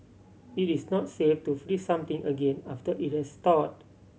it is not safe to freeze something again after it has thawed